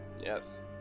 Yes